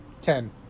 Ten